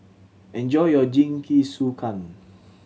enjoy your Jingisukan